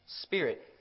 Spirit